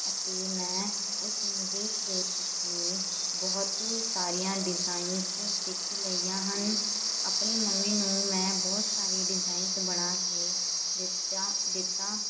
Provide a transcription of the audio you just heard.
ਅਤੇ ਮੈਂ ਉਸਨੂੰ ਵੇਖ ਵੇਖ ਕੇ ਬਹੁਤ ਸਾਰੀਆਂ ਡਿਜ਼ਾਈਨਸ ਸਿੱਖ ਲਈਆਂ ਹਨ ਆਪਣੀ ਮੰਮੀ ਨੂੰ ਮੈਂ ਬਹੁਤ ਸਾਰੀ ਡਿਜ਼ਾਈਨਸ ਬਣਾ ਕੇ ਦਿੱਤਾ ਦਿੱਤਾ